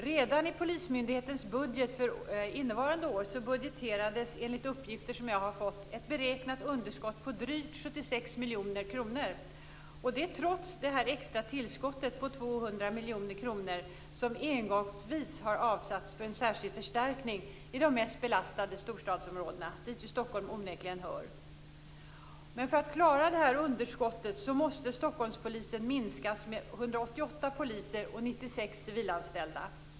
Redan i polismyndighetens budget för innevarande år budgeterades enligt uppgifter som jag har fått ett beräknat underskott på drygt 76 miljoner kronor, trots det extra tillskottet på 200 miljoner kronor som engångsvis har avsatts för en särskild förstärkning i de mest belastade storstadsområdena, dit ju Stockholm onekligen hör. Men för att klara det här underskottet måste Stockholmspolisen minskas med 188 poliser och 96 civilanställda.